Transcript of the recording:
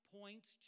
points